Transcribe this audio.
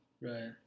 Right